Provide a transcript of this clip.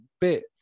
bit